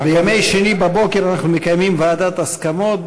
בימי שני בבוקר אנחנו מקיימים ועדת הסכמות,